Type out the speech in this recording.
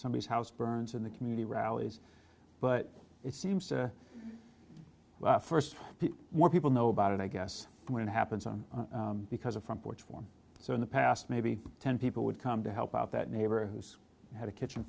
somebody's house burns in the community rallies but it seems to well first the more people know about it i guess when it happens on because a front porch more so in the past maybe ten people would come to help out that neighbor who's had a kitchen